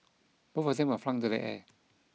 both of them were flung into the air